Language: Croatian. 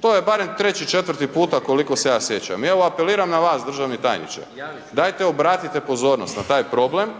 To je barem 3, 4 puta koliko se ja sjećam. I evo, apeliram na vas državni tajniče, dajte obratite pozornost na taj problem,